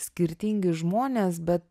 skirtingi žmonės bet